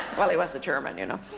well he was a german, you know.